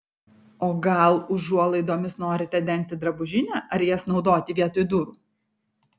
o gal užuolaidomis norite dengti drabužinę ar jas naudoti vietoj durų